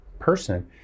person